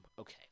Okay